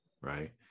right